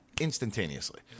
instantaneously